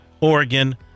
Oregon